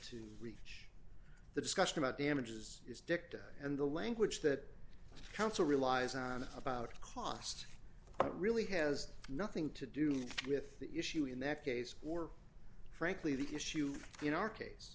to the discussion about damages is dicta and the language that council relies on about cost really has nothing to do with the issue in that case or frankly the issue in our case